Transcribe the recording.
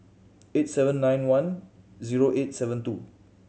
eight seven nine one zero eight seven two